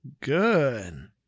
good